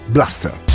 Blaster